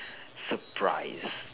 surprised